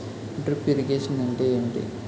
Drip irrigation అంటే ఏమిటి?